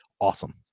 Awesome